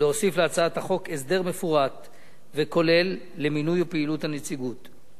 להוסיף להצעת החוק הסדר מפורט וכולל למינוי ופעילות הנציגות,